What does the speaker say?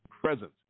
presence